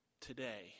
today